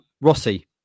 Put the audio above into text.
Rossi